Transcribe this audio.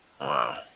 Wow